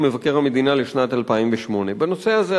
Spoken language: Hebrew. מבקר המדינה לשנת 2008. בנושא הזה,